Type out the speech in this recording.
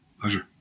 Pleasure